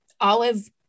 Olive